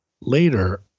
later